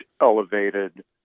elevated